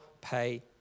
pay